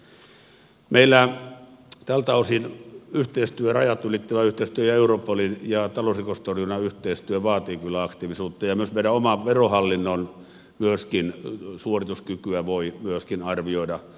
meillä tältä osin yhteistyö rajat ylittävä yhteistyö ja europolin ja talousrikostorjunnan yhteistyö vaativat kyllä aktiivisuutta ja myöskin meidän oman verohallinnon suorituskykyä voi arvioida